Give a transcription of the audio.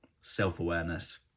self-awareness